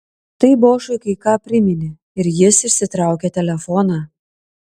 tai bošui kai ką priminė ir jis išsitraukė telefoną